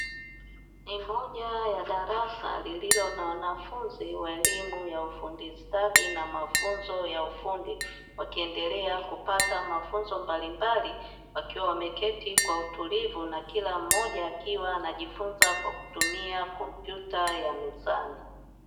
Ni moja ya darasa lililo na wanafunzi wa elimu ya ufundi stadi na mafunzo ya ufundi, wakiendelea kupata mafunzo mbalimbali wakiwa wameketi kwa utulivu. Na kila mmoja akiwa anajifunza kwa kutumia kompyuta ya mezani.